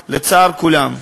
לצער כולם.